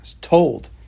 told